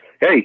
Hey